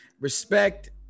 respect